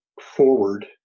forward